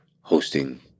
hosting